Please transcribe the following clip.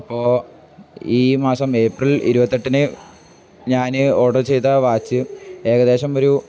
അപ്പോൾ ഈ മാസം ഏപ്രിൽ ഇരുപത്തി എട്ടിന് ഞാൻ ഓർഡർ ചെയ്ത വാച്ച് ഏകദേശം ഒരു